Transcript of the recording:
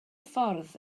ffordd